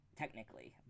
Technically